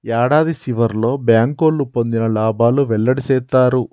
యాడాది సివర్లో బ్యాంకోళ్లు పొందిన లాబాలు వెల్లడి సేత్తారు